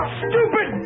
stupid